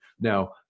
Now